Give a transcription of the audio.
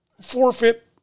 forfeit